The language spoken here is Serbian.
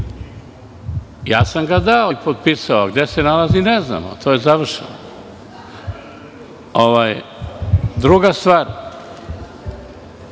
sam ga dao i potpisao, a gde se nalazi ne znamo. To je završeno. Druga stvar,